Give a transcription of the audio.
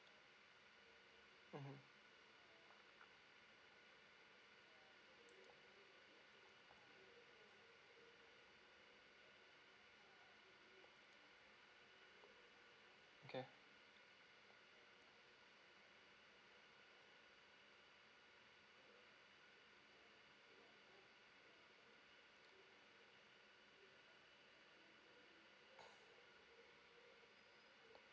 mmhmm okay